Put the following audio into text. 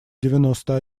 девяносто